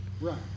Right